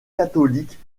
catholiques